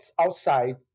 outside